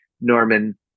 Norman